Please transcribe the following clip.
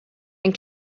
and